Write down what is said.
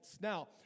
Now